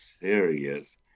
serious